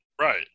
Right